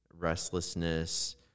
restlessness